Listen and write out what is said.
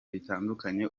bitandukanye